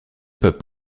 peuvent